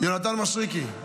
יונתן מישרקי,